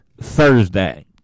Thursday